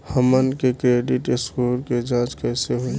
हमन के credit score के जांच कैसे होइ?